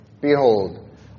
Behold